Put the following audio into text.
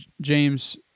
James